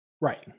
Right